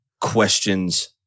questions